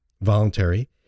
voluntary